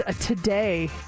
today